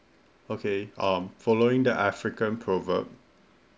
okay um following that I frequent proverb